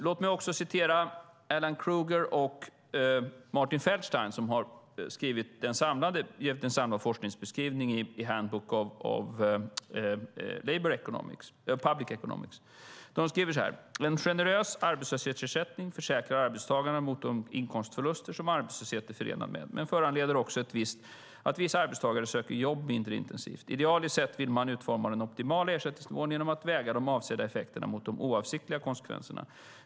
Låt mig så citera Alan Krueger och Martin Feldstein som gett en samlad forskningsbeskrivning i Handbook of Public Economics . De skriver så här: En generös arbetslöshetsersättning försäkrar arbetstagarna mot de inkomstförluster som arbetslöshet är förenad med, men föranleder också att vissa arbetstagare söker jobb mindre intensivt. Idealiskt sett vill man utforma den optimala ersättningsnivån genom att väga de avsedda effekterna mot de oavsiktliga konsekvenserna.